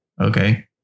Okay